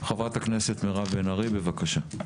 חברת הכנסת מירב בן ארי, בבקשה.